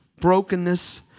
brokenness